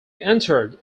entered